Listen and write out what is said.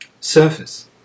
surface